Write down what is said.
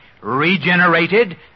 regenerated